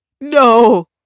no